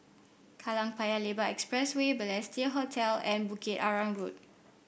Kallang Paya Lebar Expressway Balestier Hotel and Bukit Arang Road